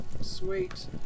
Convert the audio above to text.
Sweet